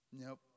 Nope